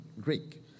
Greek